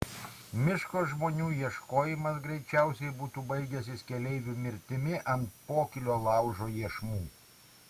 miško žmonių ieškojimas greičiausiai būtų baigęsis keleivių mirtimi ant pokylio laužo iešmų